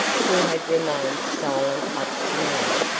who had remained silent up to now.